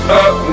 up